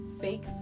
fake